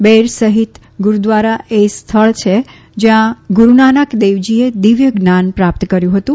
બેર સહિત ગુરૂદ્વારા એ સ્થળ છે જયાં ગુરૂનાનક દેવજીએ દિવ્ય જ્ઞાન પ્રાપ્ત કર્યુ હતું